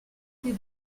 des